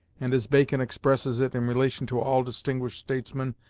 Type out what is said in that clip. and, as bacon expresses it in relation to all distinguished statesmen,